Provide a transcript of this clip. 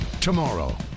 Tomorrow